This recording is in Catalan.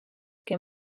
que